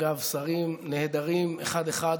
שרים נהדרים אחד-אחד,